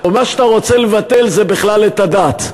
או מה שאתה רוצה זה בכלל את הדת?